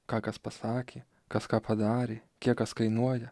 ką kas pasakė kas ką padarė kiek kas kainuoja